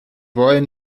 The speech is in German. wollen